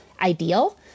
ideal